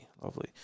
Lovely